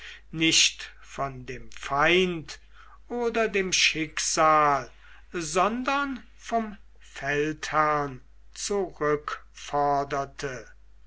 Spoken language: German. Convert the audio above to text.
nicht von dem feind oder dem schicksal sondern von dem feldherrn zurückforderte